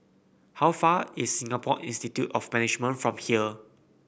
how far is Singapore Institute of Management from here